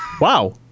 Wow